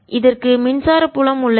இதற்கு மின்சார புலம் உள்ளது